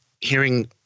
hearing